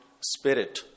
spirit